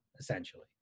essentially